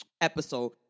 episode